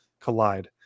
collide